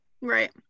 Right